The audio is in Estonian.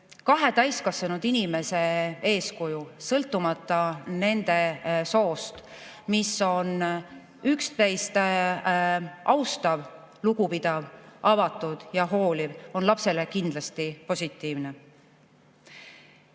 Kahe täiskasvanud inimese eeskuju sõltumata nende soost, kui suhe on üksteist austav, lugupidav, avatud ja hooliv, on lapsele kindlasti positiivne.